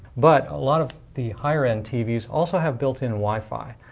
but a lot of the higher end tvs also have built-in wi-fi,